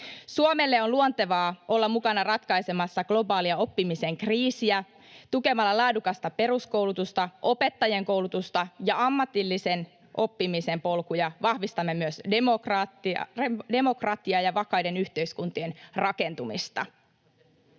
Suomelle on luontevaa olla mukana ratkaisemassa globaalia oppimisen kriisiä. Tukemalla laadukasta peruskoulutusta, opettajien koulutusta ja ammatillisen oppimisen polkuja vahvistamme myös demokratiaa ja vakaiden yhteiskuntien rakentumista.